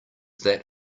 that